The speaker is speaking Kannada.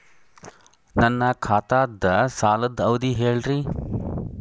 ನನ್ನ ಖಾತಾದ್ದ ಸಾಲದ್ ಅವಧಿ ಹೇಳ್ರಿ